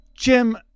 Jim